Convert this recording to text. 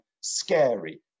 scary